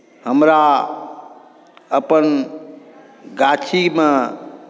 हमरा अपन गाछीमे